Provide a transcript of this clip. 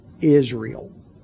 Israel